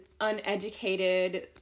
uneducated